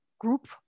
group